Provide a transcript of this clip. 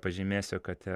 pažymėsiu kad